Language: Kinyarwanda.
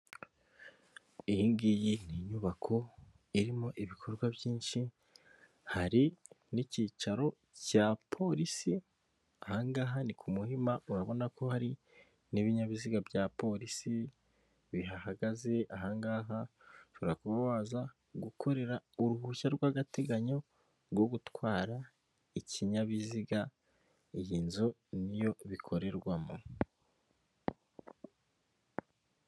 Iyi ngiyi ni inyubako irimo ibikorwa byinshi hari n'icyicaro cya Police, aha ngaha ni ku Muhima urabona ko hari n'ibinyabiziga bya Police bihahagaze, aha ngaha ushobora kuba waza gukorera uruhushya rw'agateganyo rwo gutwara ikinyabiziga, iyi nzu niyo bikorerwamo.